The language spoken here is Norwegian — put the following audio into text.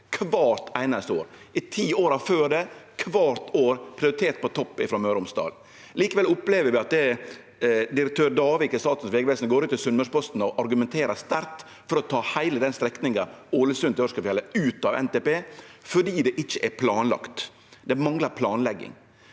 kvart einaste år. I dei ti åra før det har det kvart år vore prioritert på topp frå Møre og Romsdal. Likevel opplever vi at direktør Davik i Statens vegvesen går ut i Sunnmørsposten og argumenterer sterkt for å ta heile strekninga frå Ålesund til Ørskogfjellet ut av NTP fordi det ikkje er planlagt. Det manglar planlegging.